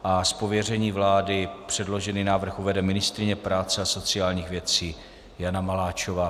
Z pověření vlády předložený návrh uvede ministryně práce a sociálních věcí Jana Maláčová.